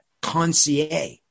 concierge